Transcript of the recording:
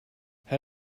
how